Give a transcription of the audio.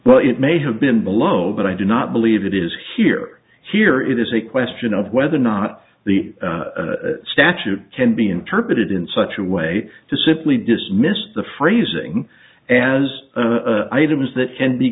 well it may have been below but i do not believe it is here here it is a question of whether or not the statute can be interpreted in such a way to simply dismiss the phrasing and items that can be